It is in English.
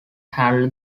handle